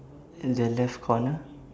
in the left corner